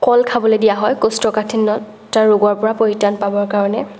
কল খাবলৈ দিয়া হয় কৌষ্ঠকাঠিন্যতা ৰোগৰ পৰা পৰিত্ৰাণ পাবৰ কাৰণে